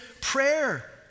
prayer